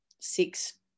six